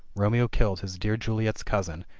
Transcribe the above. romeo killed his dear juliet's cousin,